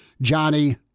Johnny